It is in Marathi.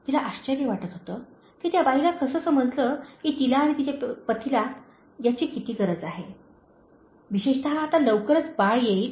तिला आश्चर्य वाटत होते की त्या बाईला कसे समजले की तिला आणि तिच्या पतीला याची किती गरज आहे विशेषत आता लवकरच बाळ येईल